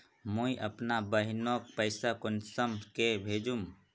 मुई अपना बहिनोक पैसा कुंसम के भेजुम?